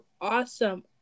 awesome